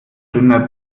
dünner